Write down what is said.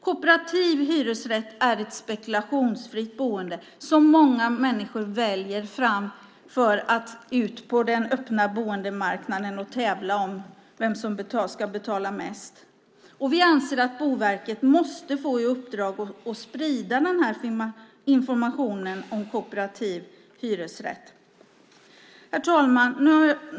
Kooperativ hyresrätt är ett spekulationsfritt boende som många människor väljer framför den öppna boendemarknaden där man tävlar om vem som betalar mest. Vi anser att Boverket måste få i uppdrag att sprida informationen om kooperativ hyresrätt. Herr talman!